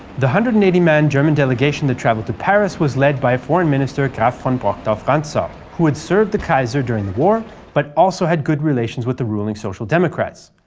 the one hundred and eighty man german delegation that travelled to paris was led by foreign minister graf von brockdorff-rantzau, who had served the kaiser during war but also had good relations with the ruling social democrats.